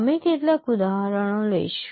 અમે કેટલાક ઉદાહરણો લઈશું